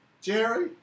Jerry